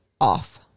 off